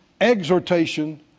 Exhortation